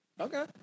okay